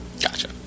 Gotcha